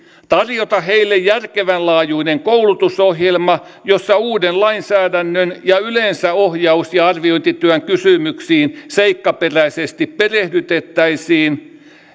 tarjota heille järkevän laajuinen koulutusohjelma jossa uuden lainsäädännön ja yleensä ohjaus ja arviointityön kysymyksiin seikkaperäisesti perehdytettäisiin